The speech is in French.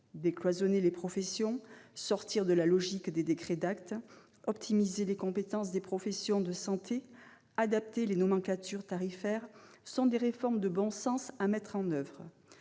Décloisonner les professions, sortir de la logique des décrets d'actes, optimiser les compétences des professions de santé et adapter les nomenclatures tarifaires, voilà autant de réformes de bon sens à mettre en oeuvre.